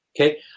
Okay